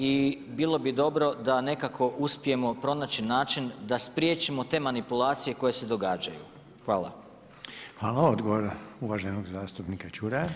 I bilo bi dobro da nekako uspijemo pronaći način, da spriječimo te manipulacije, koje se događaju.